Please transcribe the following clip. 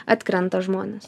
atkrenta žmonės